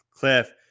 Cliff